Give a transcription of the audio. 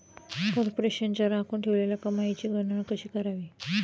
कॉर्पोरेशनच्या राखून ठेवलेल्या कमाईची गणना कशी करावी